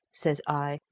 says i,